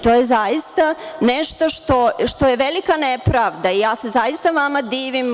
To je zaista nešto što je velika nepravda i zaista vam se divim.